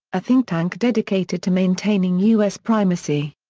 a think-tank dedicated to maintaining u s. primacy.